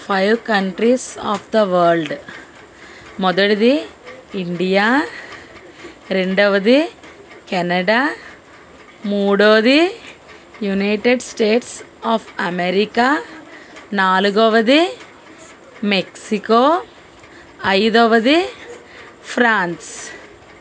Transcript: five countries of the world మొదటిది India రెండవది Canada మూడోది యునైటెడ్ స్టేట్స్ ఆఫ్ అమెరికా నాలుగవది మెక్సికో ఐదవది ఫ్రాన్స్